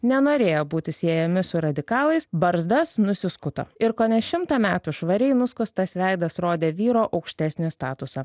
nenorėjo būti siejami su radikalais barzdas nusiskuto ir kone šimtą metų švariai nuskustas veidas rodė vyro aukštesnį statusą